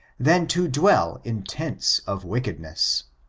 than to dwell in tents of wickedness.